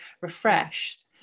refreshed